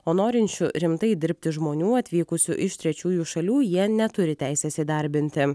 o norinčių rimtai dirbti žmonių atvykusių iš trečiųjų šalių jie neturi teisės įdarbinti